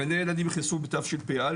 גני ילדים נכנסו בתשפ"א,